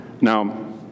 Now